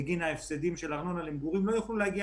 בגין ההפסדים של ארנונה למגורים לא יוכלו להגיע